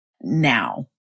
now